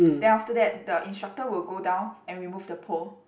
then after that the instructor will go down and remove the pole